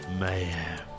mayhem